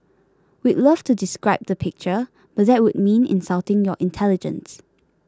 we'd love to describe the picture but that would mean insulting your intelligence